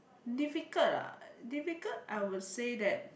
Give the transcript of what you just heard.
difficult ah difficult I would say that